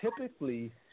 typically